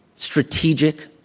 strategic,